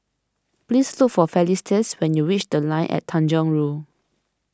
please look for Felicitas when you reach the Line ad Tanjong Rhu